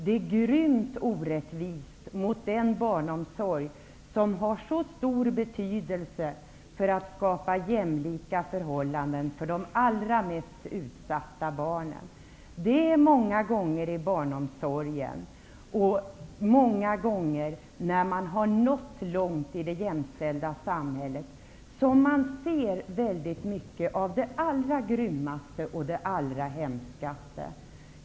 Det är grymt orättvist mot den barnomsorg som har mycket stor betydelse när det gäller att skapa jämlika förhållanden för de allra mest utsatta barnen. Många gånger är det barnomsorgen som gör det. Många gånger är det först när man nått långt i det jämställda samhället som människor ser väldigt mycket av det allra grymmaste och allra hemskaste.